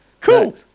Cool